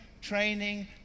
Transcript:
training